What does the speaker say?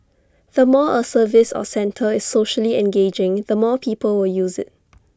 the more A service or centre is socially engaging the more people will use IT